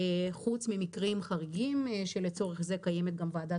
חוץ ממקרים חריגים שלצורך זה קיימת גם ועדת